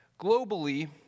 Globally